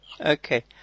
Okay